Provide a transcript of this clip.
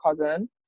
cousin